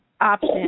option